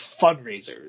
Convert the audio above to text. Fundraisers